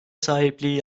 sahipliği